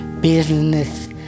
business